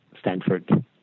Stanford